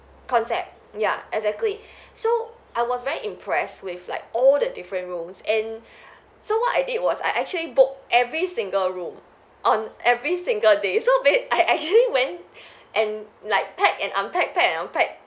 concept ya exactly so I was very impressed with like all the different rooms and so what I did was I actually booked every single room on every single day so ba~ I actually went and like pack and unpack pack and unpack